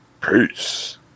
Peace